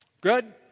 Good